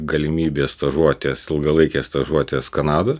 galimybė stažuotės ilgalaikės stažuotės kanadoj